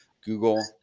Google